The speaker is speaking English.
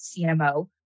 CMO